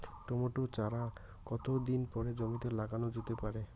Tomato চারা কতো দিন পরে জমিতে লাগানো যেতে পারে?